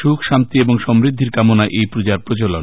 সুখ শান্তি ও সমৃদ্ধির কামনায় এই পৃজার প্রচলন